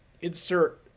Insert